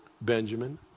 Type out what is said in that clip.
Benjamin